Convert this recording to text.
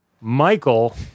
Michael